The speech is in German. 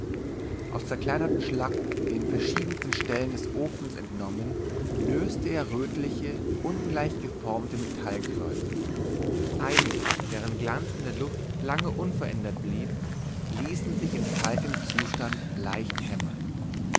aus zerkleinerten schlacken den verschiedensten stellen des ofens entnommen löste er rötliche ungleich geformte metallkörner einige deren roter glanz an der luft lange unverändert blieb ließen sich in kaltem zustand leicht hämmern